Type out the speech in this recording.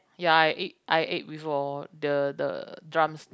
ya I ate I ate before the the drums